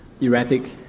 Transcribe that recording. erratic